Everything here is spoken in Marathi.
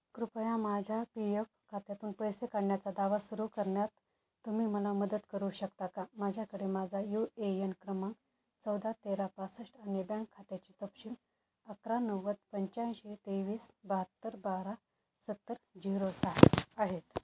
कृपया माझ्या पी एफ खात्यातून पैसे काढण्याचा दावा सुरू करण्यात तुम्ही मला मदत करू शकता का माझ्याकडे माझा यू ए यन क्रमांक चौदा तेरा पासष्ट आणि बँक खात्याची तपशील अकरा नव्वद पंच्याऐंशी तेवीस बहात्तर बारा सत्तर झिरो सहा आहे